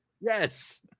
Yes